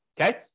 Okay